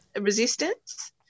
resistance